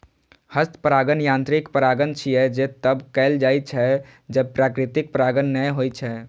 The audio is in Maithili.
हस्त परागण यांत्रिक परागण छियै, जे तब कैल जाइ छै, जब प्राकृतिक परागण नै होइ छै